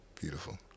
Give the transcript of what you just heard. Beautiful